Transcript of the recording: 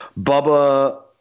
Bubba